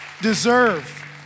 deserve